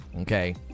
Okay